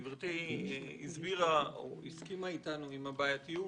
גברתי הסכימה איתנו עם הבעייתיות